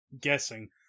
guessing